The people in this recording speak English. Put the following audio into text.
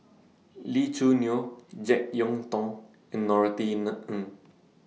Lee Choo Neo Jek Yeun Thong and Norothy Ng